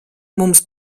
mums